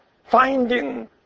Finding